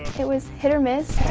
it was. hit or miss.